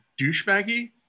douchebaggy